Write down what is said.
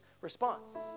response